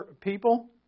people